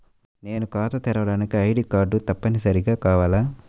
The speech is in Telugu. నేను ఖాతా తెరవడానికి ఐ.డీ కార్డు తప్పనిసారిగా కావాలా?